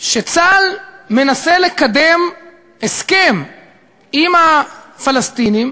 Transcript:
שצה"ל מנסה לקדם הסכם עם הפלסטינים